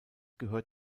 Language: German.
gehört